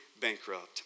bankrupt